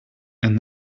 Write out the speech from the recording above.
and